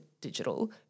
digital